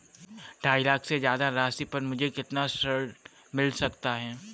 ढाई लाख से ज्यादा राशि पर मुझे कितना ऋण मिल सकता है?